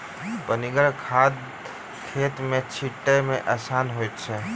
पनिगर खाद खेत मे छीटै मे आसान होइत छै